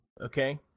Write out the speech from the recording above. okay